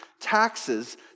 taxes